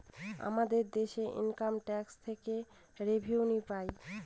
আমাদের দেশে income tax থেকে রেভিনিউ পাই